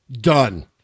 done